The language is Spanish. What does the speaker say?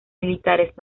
militares